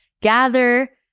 Gather